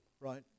right